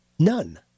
None